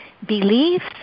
Beliefs